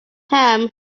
ham